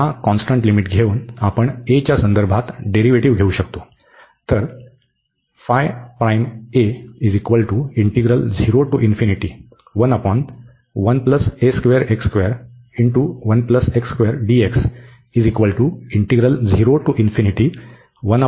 तर या constant limit घेऊन आपण a च्या संदर्भात डेरीव्हेटिव घेऊ शकतो